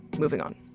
moving on.